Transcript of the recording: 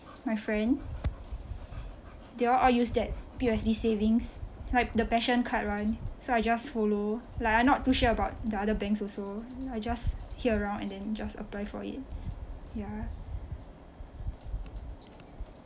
my friend they all all use that P_O_S_B savings like the passion card one so I just follow like I not too sure about the other banks also I just hear around just apply for it ya